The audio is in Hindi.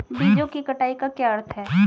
बीजों की कटाई का क्या अर्थ है?